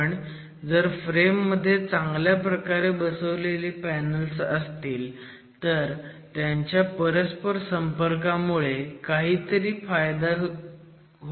पण जर फ्रेम मध्ये चांगल्या प्रकारे बसवलेली पॅनल्स असतील तर त्यांच्या परस्परसंपर्कामुळे काहीतरी फायदा होऊ शकतो